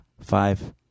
five